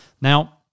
Now